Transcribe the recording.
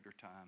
time